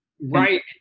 Right